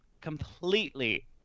completely